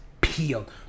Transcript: peeled